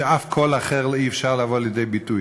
ואף קול אחר לא יכול לבוא לידי ביטוי.